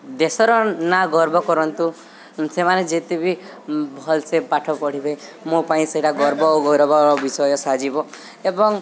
ଦେଶର ନାଁ ଗର୍ବ କରନ୍ତୁ ସେମାନେ ଯେତେ ବିି ଭଲ ସେ ପାଠ ପଢ଼ିବେ ମୋ ପାଇଁ ସେଇଟା ଗର୍ବ ଓ ଗୌରବ ବିଷୟ ସଜିବ ଏବଂ